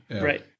Right